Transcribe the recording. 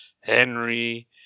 Henry